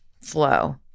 flow